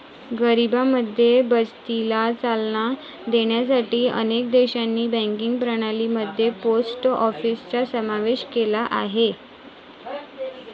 गरिबांमध्ये बचतीला चालना देण्यासाठी अनेक देशांनी बँकिंग प्रणाली मध्ये पोस्ट ऑफिसचा समावेश केला आहे